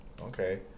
Okay